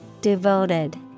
Devoted